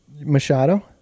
Machado